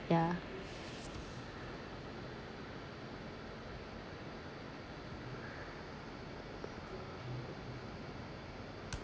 yeah